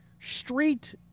street